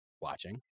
watching